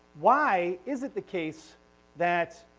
why is it the case that